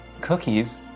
Cookies